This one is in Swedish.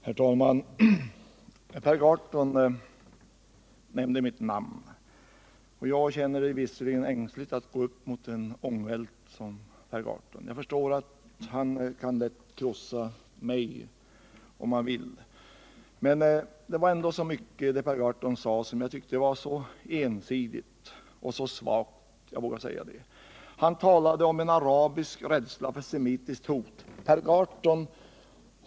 Herr talman! Per Gahrton nämnde mitt namn. Jag känner det visserligen ängsligt att gå upp mot en ångvält som Per Gahrton, för jag förstår att han lätt kan krossa mig, om han vill. Men det var ändå mycket i det Per Gahrton sade som jag tyckte var så ensidigt och så svagt — jag vågar säga det. Han talade om en arabisk rädsla för semitiskt hot.